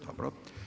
Dobro.